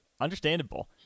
Understandable